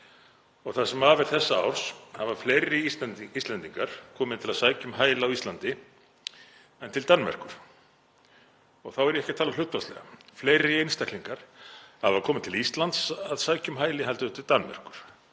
Það sem af er þessa árs hafa fleiri einstaklingar komið til að sækja um hæli á Íslandi en til Danmerkur og þá er ég ekki að tala hlutfallslega. Fleiri einstaklingar hafa komið til Íslands að sækja um hæli heldur en til Danmerkur.